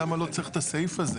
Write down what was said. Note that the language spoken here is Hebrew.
למה לא צריך את הסעיף הזה.